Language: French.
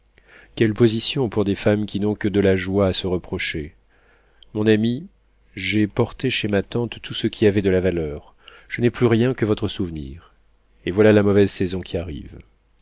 quelle position pour des femmes qui n'ont que de la joie à se reprocher mon ami j'ai porté chez ma tante tout ce qui avait de la valeur je n'ai plus rien que votre souvenir et voilà la mauvaise saison qui arrive